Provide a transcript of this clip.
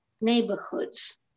neighborhoods